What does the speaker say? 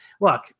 look